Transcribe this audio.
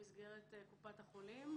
במסגרת קופת החולים.